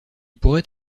pourrait